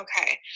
okay